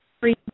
free